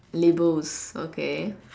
labels okay